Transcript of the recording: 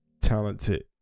talented